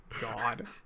God